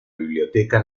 biblioteca